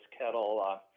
kettle